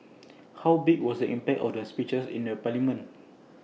how big was the impact of their speeches in A parliament